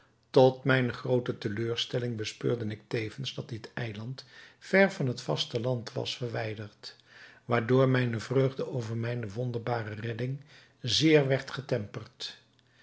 tot mijne groote teleurstelling bespeurde ik tevens dat dit eiland ver van het vasteland was verwijderd waardoor mijne vreugde over mijne wonderbare redding zeer werd getemperd